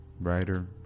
writer